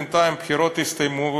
בינתיים הבחירות הסתיימו,